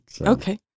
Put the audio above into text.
Okay